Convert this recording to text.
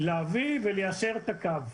וליישר את הקו.